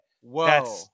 Whoa